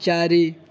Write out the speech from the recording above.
ଚାରି